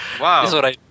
Wow